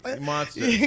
Monster